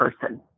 person